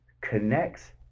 connects